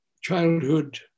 childhood